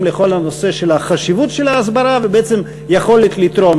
לכל הנושא של החשיבות של ההסברה ובעצם היכולת לתרום.